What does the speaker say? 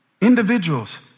Individuals